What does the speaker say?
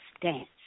Dance